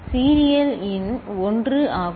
serial இன் 1 ஆகும்